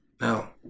Now